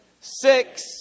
six